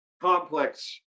complex